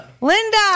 Linda